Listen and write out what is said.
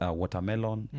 watermelon